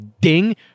ding